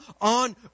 on